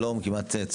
שלום, אני